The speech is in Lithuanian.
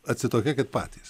atsitokėkit patys